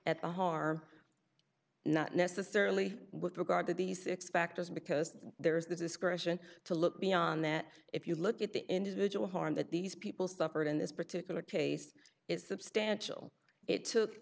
at the harm not necessarily with regard to these expect us because there is the discretion to look beyond that if you look at the individual harm that these people suffered in this particular case is substantial it took